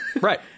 right